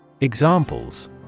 Examples